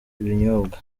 ibinyobwa